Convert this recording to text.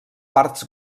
parts